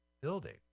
building